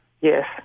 Yes